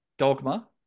Dogma